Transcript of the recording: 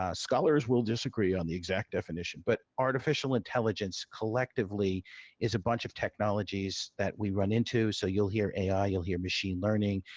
ah scholars will disagree on the exact definition. but, artificial intelligence collectively is a bunch of technologies that we run into. so, you'll hear ai. you'll hear machine learning.